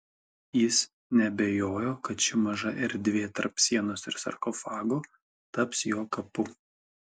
jis neabejojo kad ši maža erdvė tarp sienos ir sarkofago taps jo kapu